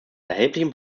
erheblichen